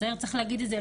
צריך להגיד את זה.